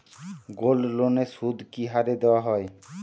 গোল্ডলোনের সুদ কি হারে দেওয়া হয়?